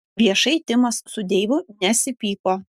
viešai timas su deivu nesipyko